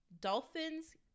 dolphins